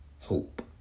hope